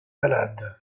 malade